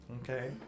Okay